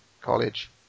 College